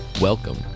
Welcome